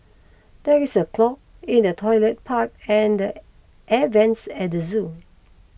there is a clog in the Toilet Pipe and Air Vents at the zoo